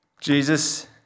Jesus